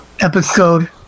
episode